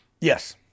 Yes